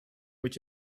moet